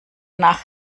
nach